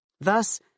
Thus